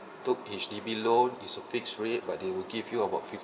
took H_D_B loan is a fixed rate but they will give you about fifty